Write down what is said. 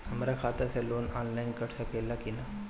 हमरा खाता से लोन ऑनलाइन कट सकले कि न?